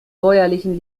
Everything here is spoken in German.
bäuerlichen